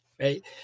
right